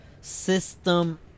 system